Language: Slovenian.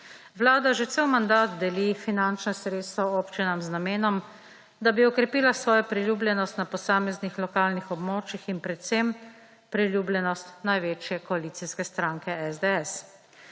Vlada že cel mandat deli finančna sredstva občinam z namenom, da bi okrepila svojo priljubljenost na posameznih lokalnih območjih in predvsem priljubljenost največje koalicijske stranke SDS.